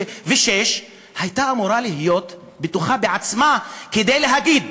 הייתה אמורה להיות בטוחה בעצמה כדי להגיד: